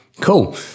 Cool